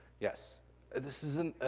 yes. and this is